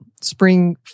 spring